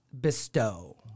bestow